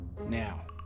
now